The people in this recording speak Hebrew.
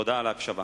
תודה על ההקשבה.